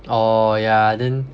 oh yeah then